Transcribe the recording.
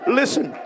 listen